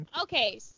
Okay